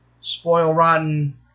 spoil-rotten